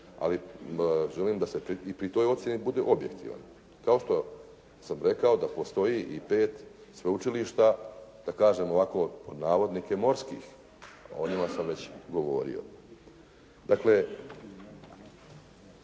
ali želim da se i pri toj ocjeni bude objektivan kao što sam rekao da postoji i pet sveučilišta, kad kažem ovako pod navodnike "morskih" o njima sam već govorio. Dakle